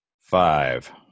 five